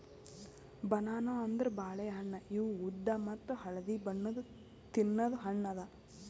banana ಅಂದುರ್ ಬಾಳೆ ಹಣ್ಣ ಇವು ಉದ್ದ ಮತ್ತ ಹಳದಿ ಬಣ್ಣದ್ ತಿನ್ನದು ಹಣ್ಣು ಅದಾ